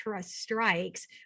strikes